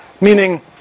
Meaning